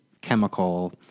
chemical